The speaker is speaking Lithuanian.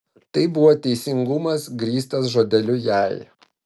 tai buvo teisingumas grįstas žodeliu jei